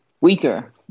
weaker